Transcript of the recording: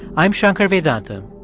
i'm shankar vedantam,